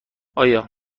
آیا